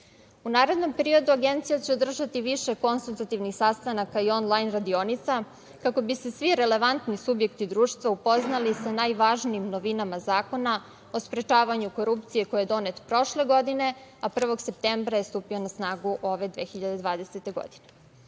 U narednom periodu Agencija će održati više konsultativnih sastanaka i onlajn radionica kako bi se svi relevantni subjekti društva upoznali sa najvažnijim novinama Zakona o sprečavanju korupcije koji je donet prošle godine, a 1. septembra je stupio na snagu ove 2020. godine. Još